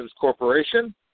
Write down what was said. Corporation